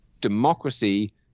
democracy